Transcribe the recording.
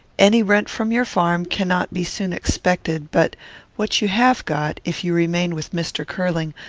any rent from your farm cannot be soon expected but what you have got, if you remain with mr. curling,